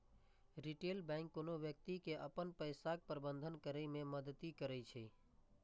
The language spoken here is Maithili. रिटेल बैंक कोनो व्यक्ति के अपन पैसाक प्रबंधन करै मे मदति करै छै